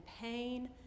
pain